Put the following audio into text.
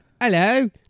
hello